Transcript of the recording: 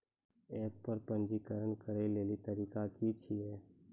App पर पंजीकरण करै लेली तरीका की छियै?